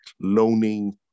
loaning